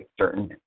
certain